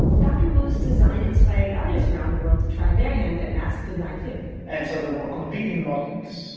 dr. wu's design inspired others around the world to try their hand at mask design, too and so there were competing models.